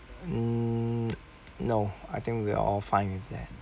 mm no I think we are all fine with that